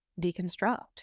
deconstruct